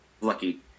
Lucky